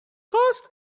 costs